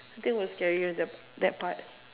I think was scary at that that part